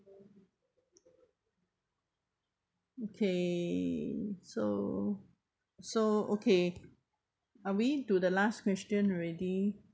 okay so so okay are we to the last question already